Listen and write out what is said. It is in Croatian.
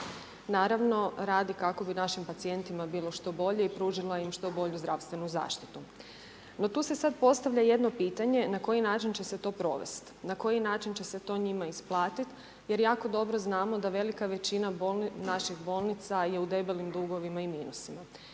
Naravno, radi kako bi našim pacijentima bila što bolja i pružila im što bolju zdravstvenu zaštitu. No, tu se sada postavlja jedno pitanja, na koji način će se to provesti, na koji način će se to njima isplatiti, jer jako dobro znamo da velika većina naših bolnica je u velikim dugovima i minusima.